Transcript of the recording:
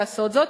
לעשות זאת,